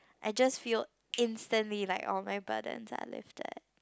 I just feel instantly like all my burdens are lifted